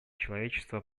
человечество